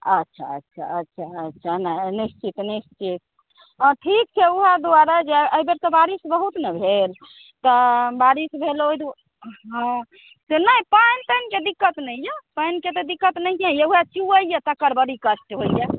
अच्छा अच्छा अच्छा अच्छा निश्चित निश्चित हँ ठीक छै वएह दुआरे जे एहिबेर तऽ बारिश बहुत ने भेल तऽ बारिश भेल ओहि दुआरेसँ नहि पानि तानिके दिक्कत नहि अइ पानिके दिक्कत नहिए अइ वएह चुबैए तकर बड़ी कष्ट होइए